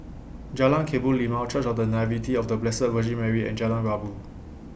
Jalan Kebun Limau Church of The Nativity of The Blessed Virgin Mary and Jalan Rabu